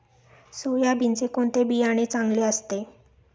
सोयाबीनचे कोणते बियाणे चांगले असते?